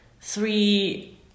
three